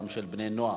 גם של בני-נוער,